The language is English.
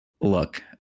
Look